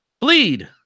bleed